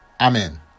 amen